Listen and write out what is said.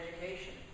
education